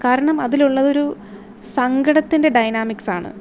കാരണം അതിലുള്ളതൊരു സങ്കടത്തിൻ്റെ ഡയനാമിക്സാണ്